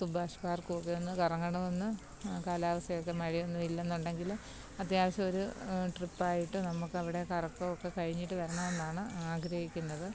സുഭാഷ് പാർക്കുമൊക്കെ ഒന്ന് കറങ്ങണം എന്ന് കാലാവസ്ഥയൊക്കെ മഴയൊന്നും ഇല്ല എന്നുണ്ടെങ്കിൽ അത്യാവശ്യം ഒരു ട്രിപ്പ് ആയിട്ട് നമ്മൾക്ക് അവിടെ കറക്കമൊക്കെ കഴിഞ്ഞിട്ട് വരണം എന്നാണ് ആഗ്രഹിക്കുന്നത്